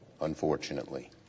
unfortunately